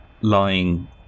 lying